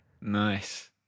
nice